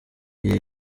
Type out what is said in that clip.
iyi